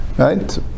right